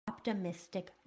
Optimistic